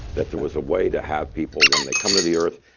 that there was a way to have people when they come to the earth,